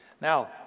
Now